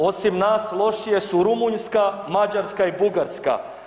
Osim nas lošije su Rumunjska, Mađarska i Bugarska.